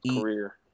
career